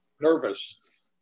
nervous